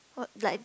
like